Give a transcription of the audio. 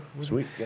Sweet